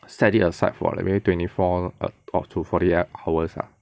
set it aside for like maybe twenty four err or to two forty eight hours lah